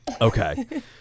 Okay